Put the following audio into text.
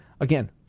Again